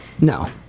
no